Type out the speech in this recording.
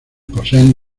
poseen